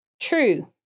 True